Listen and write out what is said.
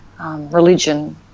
religion